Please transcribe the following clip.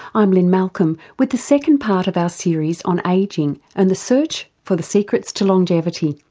i'm lynne malcolm with the second part of our series on ageing and the search for the secrets to longevity.